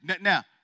Now